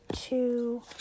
two